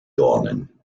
dornen